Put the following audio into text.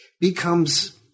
becomes